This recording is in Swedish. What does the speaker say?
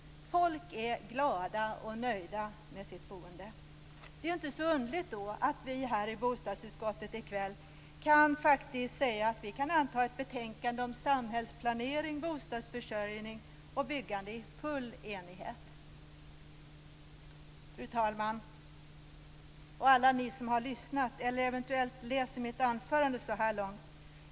Folk är glada och nöjda med sitt boende. Det är inte så underligt då att vi i bostadsutskottet i kväll kan säga att vi antar ett betänkande om samhällsplanering, bostadsförsörjning och byggande i full enighet. Fru talman! Ni som har lyssnat eller eventuellt läser mitt anförande så här långt!